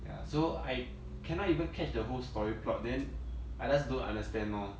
ya so I cannot even catch the whole story plot then I just don't understand lor